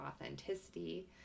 authenticity